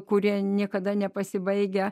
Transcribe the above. kurie niekada nepasibaigia